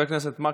מקלב,